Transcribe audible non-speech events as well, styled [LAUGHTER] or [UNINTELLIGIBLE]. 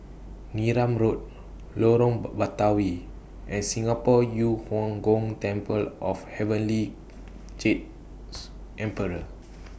Neram Road Lorong [UNINTELLIGIBLE] Batawi and Singapore Yu Huang Gong Temple of Heavenly Jade's Emperor